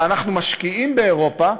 ואנחנו משקיעים באירופה,